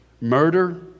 murder